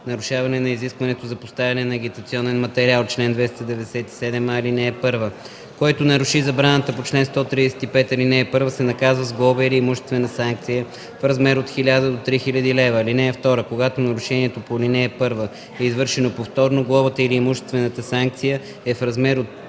„Нарушаване на изискването за поставяне на агитационен материал Чл. 297а (1) Който наруши забраната по чл. 135 ал. 1, се наказва с глоба или имуществена санкция в размер от 1000 до 3000 лева. (2) Когато нарушението по ал. 1 е извършено повторно глобата или имуществената санкция е в размер от